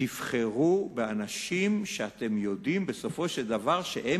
תבחרו באנשים שאתם יודעים בסופו של דבר שהם